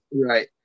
Right